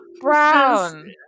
Brown